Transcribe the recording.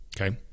Okay